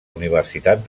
universitat